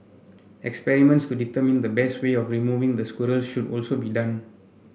experiments to determine the best way of removing the squirrels should also be done